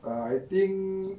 err I think